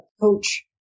coach